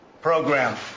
program